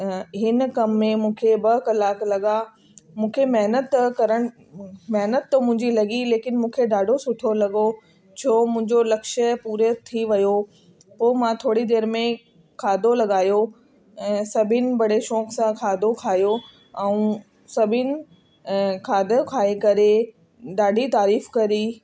हिन कम में मूंखे ॿ कलाक लॻा मूंखे महिनतु करण महिनतु त मुंहिंजी लॻी लेकिन मूंखे ॾाढो सुठो लॻो छो मुंहिंजो लक्ष्य पूरे थी वियो पोइ मां थोरी देरि में खाधो लॻायो ऐं सभिनि बड़े शौक़ सां खाधो खायो ऐं सभिनि ऐं खाधो खाई करे ॾाढी तारीफ कई